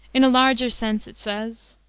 in a larger sense, it says,